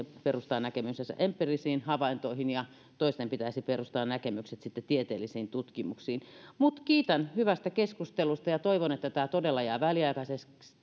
perustaa näkemyksensä empiirisiin havaintoihin ja toisten pitäisi perustaa näkemykset sitten tieteellisiin tutkimuksiin mutta kiitän hyvästä keskustelusta ja toivon että tämä todella jää väliaikaiseksi